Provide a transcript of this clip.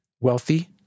wealthy